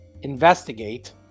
Investigate